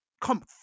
come